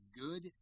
good